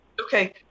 Okay